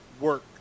work